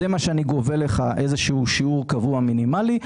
אני גובה ממך שיעור קבוע מינימלי,